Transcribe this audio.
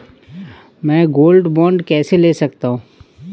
मैं gold bond कैसे ले सकता हूँ?